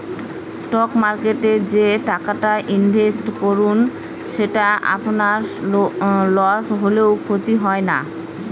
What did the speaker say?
stock মার্কেটে যে টাকাটা ইনভেস্ট করুন সেটা আপনার লস হলেও ক্ষতি হয় না